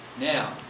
Now